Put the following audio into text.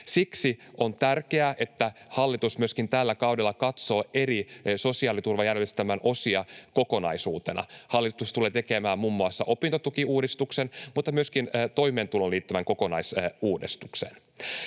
Siksi on tärkeää, että hallitus tällä kaudella myöskin katsoo sosiaaliturvajärjestelmän eri osia kokonaisuutena. Hallitus tulee tekemään muun muassa opintotukiuudistuksen mutta myöskin toimeentuloon liittyvän kokonaisuudistuksen.